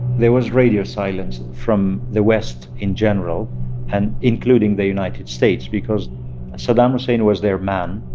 there was radio silence from the west in general and including the united states because saddam hussein was their man.